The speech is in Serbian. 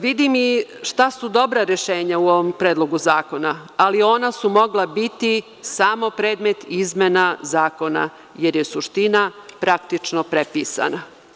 Vidim i šta su dobra rešenja u ovom predlogu zakona, ali ona su mogla biti samo predmet izmena zakona, jer je suština praktično prepisana.